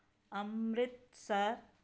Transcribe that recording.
Amritsar